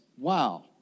wow